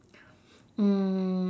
um